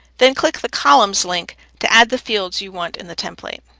then click the columns link to add the fields you want in the template.